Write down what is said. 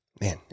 Man